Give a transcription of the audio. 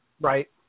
Right